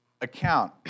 account